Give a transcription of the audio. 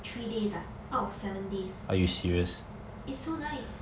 three days ah out of seven days it's so nice